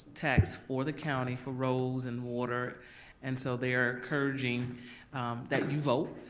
tax for the county for roads and water and so they are encouraging that you vote,